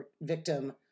victim